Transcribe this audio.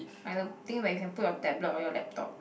like the thing where you can put your tablet or your laptop